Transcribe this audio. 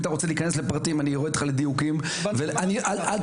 אם אתה רוצה להיכנס לפרטים אני יורד איתך לדיוקים ואל תטה,